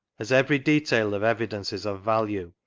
as every detail of evidence is of value,